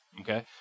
Okay